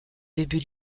début